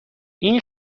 این